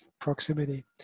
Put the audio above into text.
proximity